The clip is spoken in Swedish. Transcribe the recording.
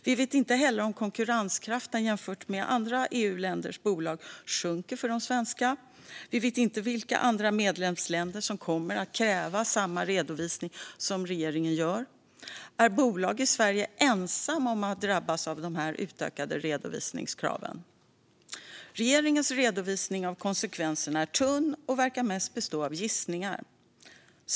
Vi vet inte heller om konkurrenskraften för de svenska bolagen sjunker jämfört med andra EU-länders bolag. Vi vet inte vilka andra medlemsländer som kommer att kräva samma redovisning som regeringen gör. Är bolag i Sverige ensamma om att drabbas av dessa utökade redovisningskrav? Regeringens redovisning av konsekvenserna är tunn och verkar mest bestå av gissningar.